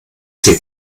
sie